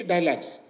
Dialects